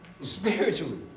Spiritually